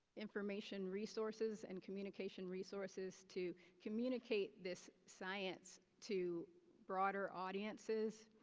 information resources and communication resources to communicate this science to broader audiences,